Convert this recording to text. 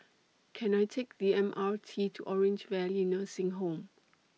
Can I Take The M R T to Orange Valley Nursing Home